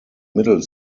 middle